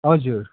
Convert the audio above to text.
हजुर